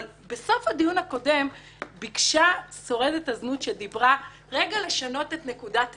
אבל בסוף הדיון ביקשה שורדת הזנות שדיברה לשנות רגע את נקודת המבט.